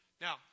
Now